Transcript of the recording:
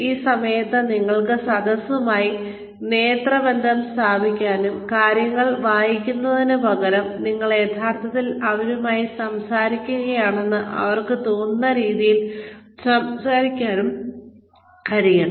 ഈ സമയത്ത് നിങ്ങൾക്ക് സദസ്സുമായി നേത്രബന്ധം സ്ഥാപിക്കാനും കാര്യങ്ങൾ വായിക്കുന്നതിനുപകരം നിങ്ങൾ യഥാർത്ഥത്തിൽ അവരുമായി സംസാരിക്കുകയാണെന്ന് അവർക്ക് തോന്നുന്ന രീതിയിൽ സംസാരിക്കാനും കഴിയണം